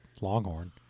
longhorn